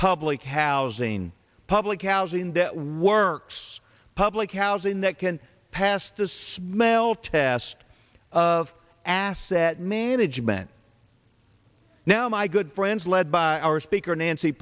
public housing public housing that works public housing that can pass the smell test of asset management now my good friends led by our speaker nancy